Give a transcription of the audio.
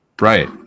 Right